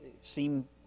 seem